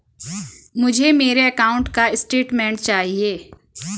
मुझे मेरे अकाउंट का स्टेटमेंट चाहिए?